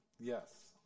Yes